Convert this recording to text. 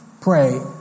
pray